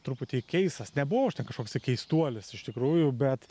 truputį keistas nebuvau aš ten kažkoksai keistuolis iš tikrųjų bet